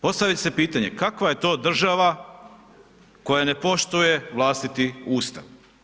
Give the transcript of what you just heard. Postavlja se pitanje kakva je to država koja ne poštuje vlastiti ustav?